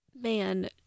Man